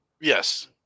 Yes